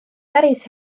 päris